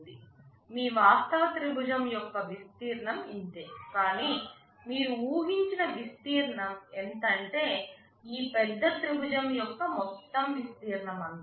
మీ వాస్తవ త్రిభుజం యొక్క విస్తీర్ణం ఇంతే కానీ మీరు ఊహించిన విస్తీర్ణం ఎంతంటే ఈ పెద్ద త్రిభుజం యొక్క మొత్తం విస్తీర్ణంత